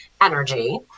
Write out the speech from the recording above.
energy